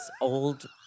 old